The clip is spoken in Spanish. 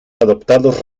adoptados